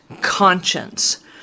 conscience